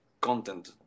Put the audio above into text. content